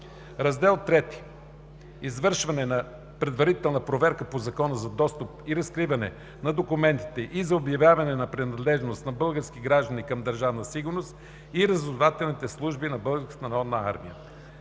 III. Извършване на предварителна проверка по Закона за достъп и разкриване на документите и за обявяване на принадлежност на български граждани към Държавна сигурност и разузнавателните служби на